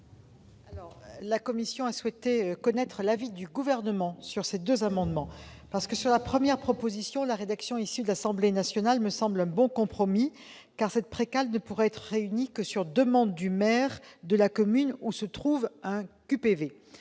La commission souhaite avoir l'avis du Gouvernement sur ces amendements identiques. Sur la première proposition, la rédaction issue de l'Assemblée nationale me semblait un bon compromis, car cette pré-CAL ne pourra être réunie que sur demande du maire de la commune où se trouve un QPV.